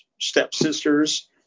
stepsisters